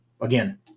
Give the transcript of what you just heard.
Again